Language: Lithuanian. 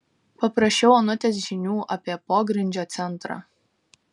paprašiau onutės žinių apie pogrindžio centrą